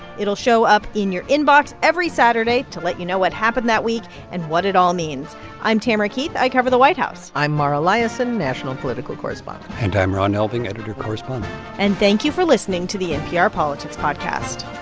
it'll show up in your inbox every saturday to let you know what happened that week and what it all means i'm tamara keith. i cover the white house i'm mara liasson, national political correspondent and i'm ron elving, editor correspondent and thank you for listening to the npr politics podcast